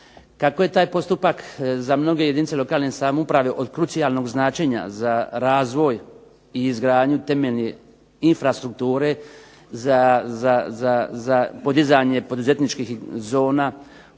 Kako je taj postupak za mnoge jedinice lokalne samouprave od krucijalnog značenja za razvoj i izgradnju temeljne infrastrukture, za podizanje poduzetničkih zona